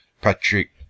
Patrick